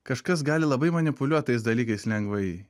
kažkas gali labai manipuliuot tais dalykais lengvai